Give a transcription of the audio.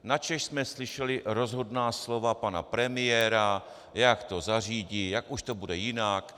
Načež jsme slyšeli rozhodná slova pana premiéra, jak to zařídí, jak už to bude jinak.